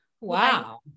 Wow